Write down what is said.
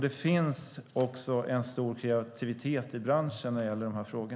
Det finns en stor kreativitet i branschen när det gäller dessa frågor.